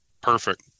perfect